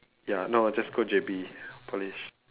ya now I just go J_B polish